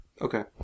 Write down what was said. Okay